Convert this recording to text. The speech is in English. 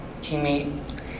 teammate